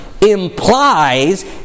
implies